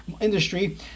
industry